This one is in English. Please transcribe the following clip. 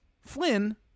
Flynn